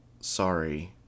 Sorry